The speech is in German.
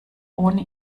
ohne